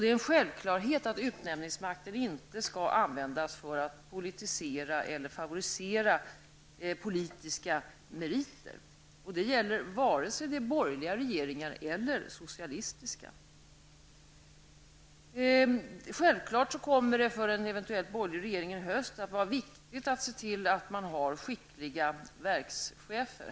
Det är en självklarhet att utnämningsmakten skall inte användas för att politisera eller favorisera politiska meriter. Det gäller sig vare det är borgerliga regeringar eller socialistiska. Självfallet kommer det för en eventuellt borgerlig regering i höst att vara viktigt att se till att man har skickliga verkschefer.